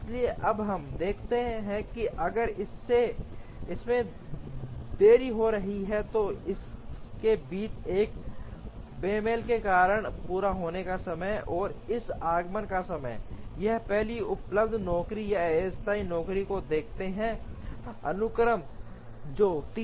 इसलिए अब हम देखते हैं कि अगर इसमें देरी हो रही है तो इसके बीच एक बेमेल के कारण पूरा होने का समय और इस आगमन का समय हम अगली उपलब्ध नौकरी या अस्थायी नौकरी को देखते हैं अनुक्रम जो 3 है